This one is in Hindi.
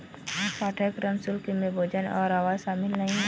पाठ्यक्रम शुल्क में भोजन और आवास शामिल नहीं है